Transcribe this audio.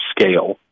scale